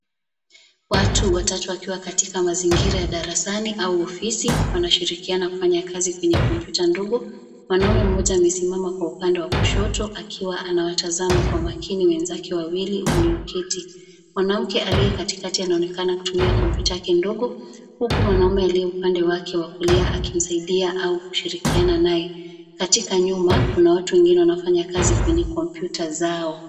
Watu watatu wakiwa katika mazingira ya darasani au ofisi; wanashirikiana kufanya kazi kwenye kompyuta ndogo. Mwanaume mmoja amesimama kwa upande wa kushoto akiwa anawatazama kwa makini wenzake wawili walioketi. Mwanamke aliye katikati anaonekana akitumia kompyuta yake ndogo huku mwanaume aliye upande wake wa kushoto akimsaidia au kushirikiana naye. Katika nyuma kuna watu wengine wanaofanya kazi katika kompyuta zao.